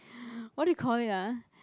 what do you call it ah